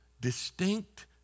distinct